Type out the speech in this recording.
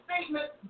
statement